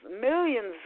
millions